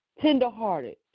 tenderhearted